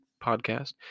podcast